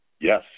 Yes